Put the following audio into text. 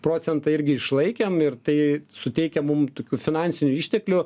procentą irgi išlaikėm ir tai suteikia mum tokių finansinių išteklių